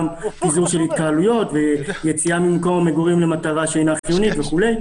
גם פיזור של התקהלויות ויציאה ממקום המגורים למטרה שאינה חיונית וכו'.